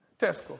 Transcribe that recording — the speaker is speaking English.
Tesco